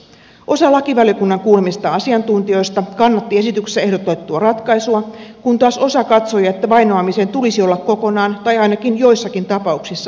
osa lakivaliokunnan kuulemista asiantuntijoista kannatti esityksessä ehdotettua ratkaisua kun taas osa katsoi että vainoamisen tulisi olla kokonaan tai ainakin joissakin tapauksissa asianomistajarikos